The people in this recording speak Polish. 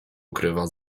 ukrywa